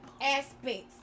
aspects